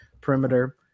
perimeter